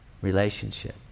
relationship